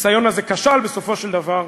הניסיון הזה כשל, בסופו של דבר,